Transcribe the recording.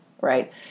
right